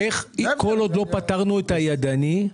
אדוני,